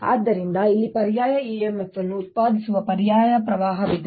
ಆದ್ದರಿಂದ ಇಲ್ಲಿ ಪರ್ಯಾಯ EMF ಅನ್ನು ಉತ್ಪಾದಿಸುವ ಪರ್ಯಾಯ ಪ್ರವಾಹವಿದೆ